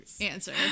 answer